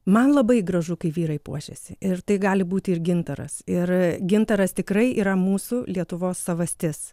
man labai gražu kai vyrai puošiasi ir tai gali būti ir gintaras ir gintaras tikrai yra mūsų lietuvos savastis